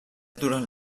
durant